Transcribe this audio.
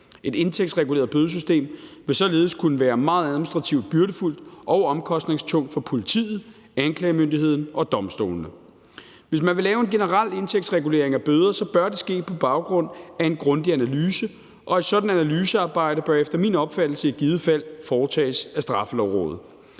Et indtægtsreguleret bødesystem vil således kunne være meget administrativt byrdefuldt og omkostningstungt for politiet, anklagemyndigheden og domstolene. Hvis man vil lave en generel indtægtsregulering af bøder, bør det ske på baggrund af en grundig analyse, og et sådant analysearbejde bør efter min opfattelse i givet fald foretages af Straffelovrådet.